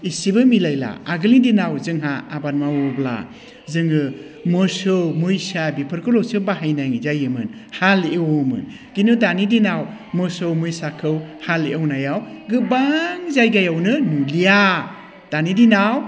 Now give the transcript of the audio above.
इसेबो मिलायला आगोलनि दिनाव जोंहा आबाद मावोब्ला जोङो मोसौ मैसा बेफोरखौल'सो बाहायनाय जायोमोन हाल एवोमोन खिन्थु दानि दिनाव मोसौ मैसाखौ हाल एवनायाव गोबां जायगायावनो नुलिया दानि दिनाव